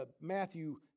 Matthew